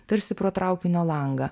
tarsi pro traukinio langą